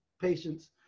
patients